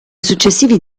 successivi